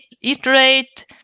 Iterate